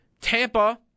Tampa